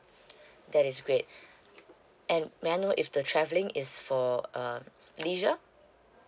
that is great and may I know if the travelling is for um leisure